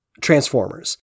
Transformers